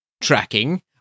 tracking